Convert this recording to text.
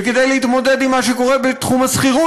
וכדי להתמודד עם מה שקורה בתחום השכירות,